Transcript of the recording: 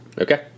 Okay